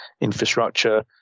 infrastructure